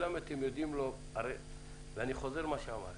אני חוזר על מה שאמרתי,